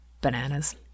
Bananas